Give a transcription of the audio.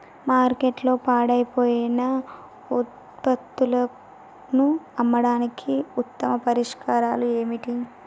మార్కెట్లో పాడైపోయిన ఉత్పత్తులను అమ్మడానికి ఉత్తమ పరిష్కారాలు ఏమిటి?